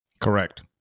Correct